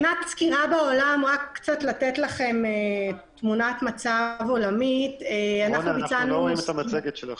אנחנו סקרנו 39 מדינות שיש בהן אפליקציות פעילות.